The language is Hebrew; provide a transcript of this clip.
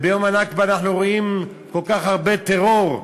וביום הנכבה אנחנו רואים כל כך הרבה טרור,